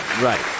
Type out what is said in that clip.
Right